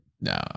No